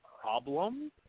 problem